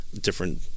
different